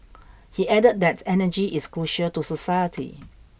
he added that energy is crucial to society